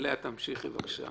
לאה תמשיכי בבקשה.